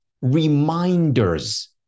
reminders